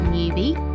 Newbie